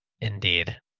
Indeed